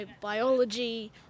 biology